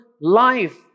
life